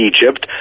Egypt